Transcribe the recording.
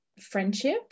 friendship